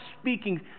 speaking